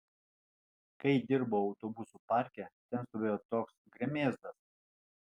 kai dirbau autobusų parke ten stovėjo toks gremėzdas